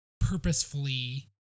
purposefully